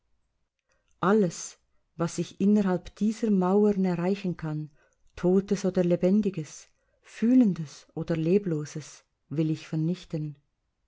alles was ich innerhalb dieser mauern erreichen kann totes oder lebendiges fühlendes oder lebloses will ich vernichten